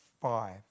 Five